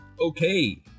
Okay